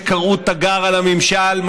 שקראו תיגר על הממשל,